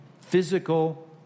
physical